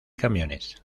camiones